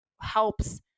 helps